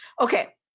Okay